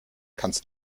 kannst